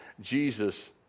Jesus